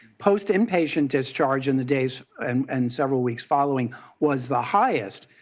post-inpatient discharge in the days um and several weeks following was the highest.